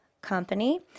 company